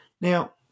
Now